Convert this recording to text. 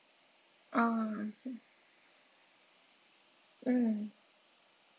ah mm